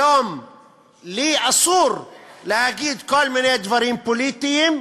היום לי אסור להגיד כל מיני דברים פוליטיים,